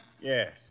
Yes